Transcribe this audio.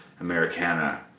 Americana